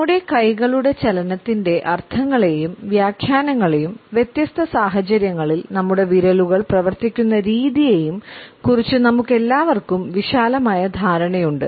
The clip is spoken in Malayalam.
നമ്മുടെ കൈകളുടെ ചലനത്തിന്റെ അർത്ഥങ്ങളെയും വ്യാഖ്യാനങ്ങളെയും വ്യത്യസ്ത സാഹചര്യങ്ങളിൽ നമ്മുടെ വിരലുകൾ പ്രവർത്തിക്കുന്ന രീതിയെയും കുറിച്ച് നമുക്കെല്ലാവർക്കും വിശാലമായ ധാരണയുണ്ട്